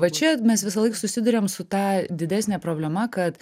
va čia mes visąlaik susiduriam su ta didesne problema kad